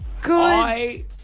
Good